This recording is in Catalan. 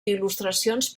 il·lustracions